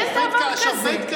אין דבר כזה.